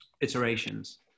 iterations